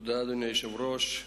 אדוני היושב-ראש,